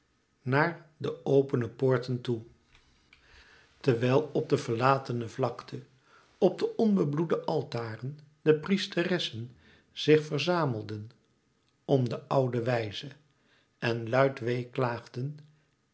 naar de opene poorten toe terwijl op de verlatene vlakte op de onbebloede altaren de priesteressen zich verzamelden om de oude wijze en luid